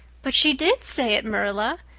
but she did say it, marilla.